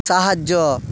সাহায্য